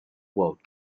world